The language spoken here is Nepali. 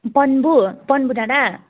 पन्बू पन्बू डाँडा